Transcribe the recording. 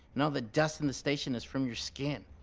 and all the dust in the station is from your skin.